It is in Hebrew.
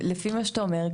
ולפי מה שאתה אומר פה,